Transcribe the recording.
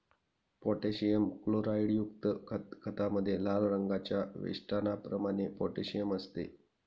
potassium क्लोराईडयुक्त खतामध्ये लाल रंगाच्या वेष्टनाप्रमाणे पोटॅशियम असते